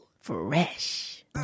fresh